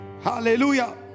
Hallelujah